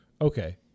Okay